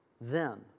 Then